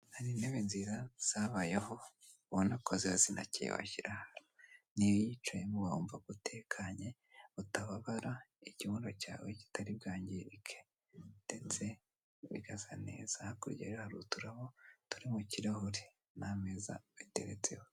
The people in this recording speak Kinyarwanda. Hari intebe nziza zabayeho, ubona ko ziba sinakeye washyira n'iyo uyicayemo wumva utekanye utababara, ikibuno cyawe kitari bwangirike ndetse bigasa neza, hakurya hari uturabo, turi mu kirahure n'ameza ateretseho.